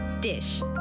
Dish